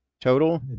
total